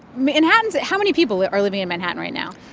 manhattan how many people are living in manhattan right now?